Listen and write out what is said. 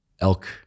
elk